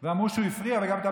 ואמרו שהוא הפריע,